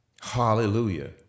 Hallelujah